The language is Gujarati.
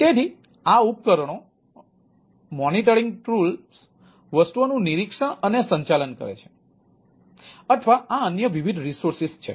તેથી આ ઉપકરણો વ્યવસ્થાપન ઉપકરણો વસ્તુઓનું નિરીક્ષણ અને સંચાલન કરે છે અથવા આ અન્ય વિવિધ રિસોર્સ છે